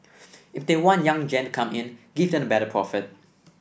if they want young gen to come in give them a better profit